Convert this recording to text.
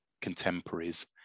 contemporaries